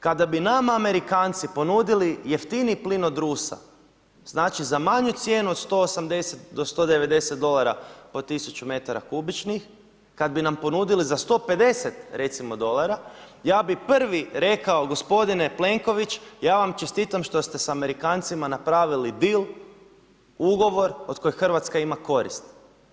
Kada bi nama Amerikanci ponudili jeftiniji plin od Rusa, znači za manju cijenu od 180 do 190 dolara po tisuću metara kubičnih, kada bi nam ponudili za 150 recimo dolara, ja bi prvi rekao gospodine Plenković ja vam čestitam što se sa Amerikancima napravili deal, ugovor od kojeg Hrvatska ima koristi.